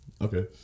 Okay